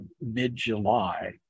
mid-July